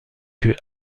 que